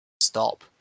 stop